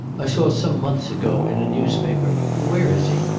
i saw some months ago, in a newspaper where is he?